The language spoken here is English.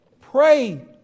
Pray